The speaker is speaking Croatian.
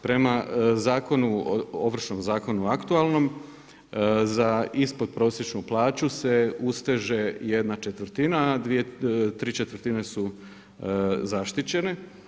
Prema Ovršnom zakonu aktualnom, za ispodprosječnu plaću se usteže jedna četvrtina, a tri četvrtine su zaštićene.